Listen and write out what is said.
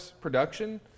production